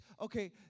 Okay